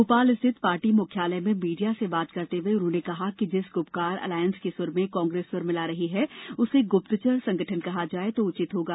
भोपाल स्थित पार्टी मुख्यालय में मीडिया से बात करते हुए उन्होंने कहा कि जिस गुपकार अलायंस के सुर में कांग्रेस सुर मिला रही है उसे गुप्तचर संगठन कहा जाए तो उचित होगा